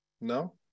No